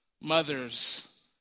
mothers